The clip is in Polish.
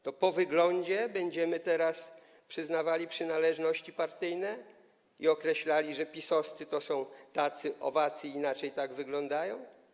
To po wyglądzie będziemy teraz przyznawali przynależności partyjne i określali, że PiS-owcy są tacy, owacy, tak wyglądają?